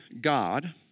God